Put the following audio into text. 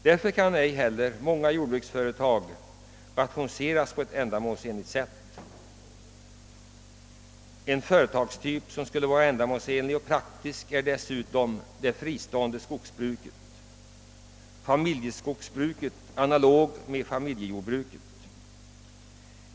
Många jordbruksföretag kan av den anledningen inte rationaliseras så att de blir ändamålsenliga. En företagstyp som skulle vara ändamålsenlig och praktisk är det fristående skogsbruket — familjeskogsbruket, analogt med familjejordbruket.